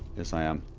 yes i am